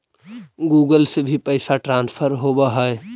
Google से भी पैसा ट्रांसफर होवहै?